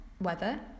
¿Weather